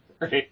Right